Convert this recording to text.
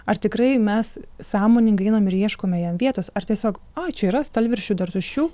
ar tikrai mes sąmoningai einam ir ieškome jam vietos ar tiesiog ai čia yra stalviršių dar tuščių